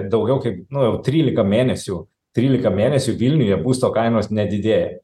daugiau kaip nu jau trylika mėnesių trylika mėnesių vilniuje būsto kainos nedidėja